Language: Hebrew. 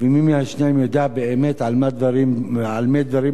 ומי מהשניים יודע באמת על מה דברים אמורים,